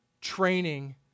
training